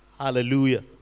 Hallelujah